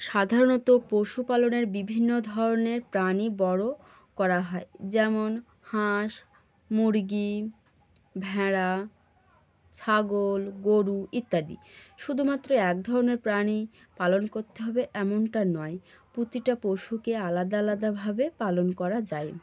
সাধারণত পশুপালনের বিভিন্ন ধরনের প্রাণী বড়ো করা হয় যেমন হাঁস মুরগি ভেড়া ছাগল গরু ইত্যাদি শুধুমাত্র এক ধরনের প্রাণী পালন করতে হবে এমনটা নয় প্রতিটা পশুকে আলাদা আলাদাভাবে পালন করা যায়